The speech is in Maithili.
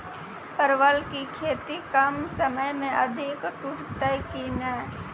परवल की खेती कम समय मे अधिक टूटते की ने?